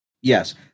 Yes